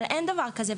אבל אין דבר כזה,